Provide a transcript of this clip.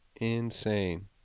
Insane